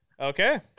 Okay